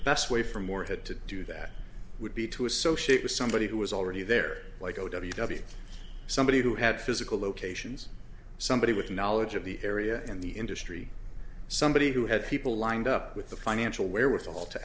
best way for more had to do that would be to associate with somebody who was already there like o w w somebody who had physical locations somebody with knowledge of the area and the industry somebody who had people lined up with the financial wherewithal to